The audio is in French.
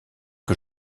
que